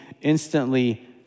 instantly